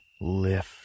lift